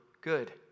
good